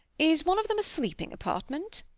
is one of them a sleeping apartment?